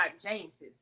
James's